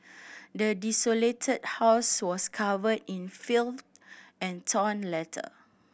the desolated house was covered in filth and torn letter